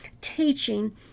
teaching